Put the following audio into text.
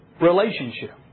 relationship